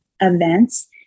events